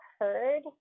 heard